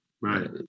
Right